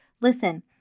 Listen